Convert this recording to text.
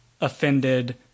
offended